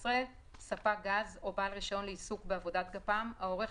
ספק גז או בעל רישיון לעיסוק בעבודת גפ"מ העורך